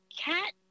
cat